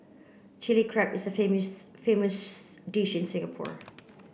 Chilli Crab is a dish in Singapore